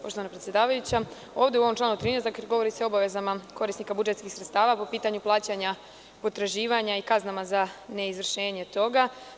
Poštovana predsedavajuća, u članu 13. se govori o obavezama korisnika budžetskih sredstava po pitanju plaćanja potraživanja i kaznama za neizvršenje toga.